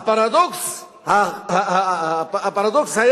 הפרדוקס היה